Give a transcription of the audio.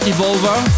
Evolver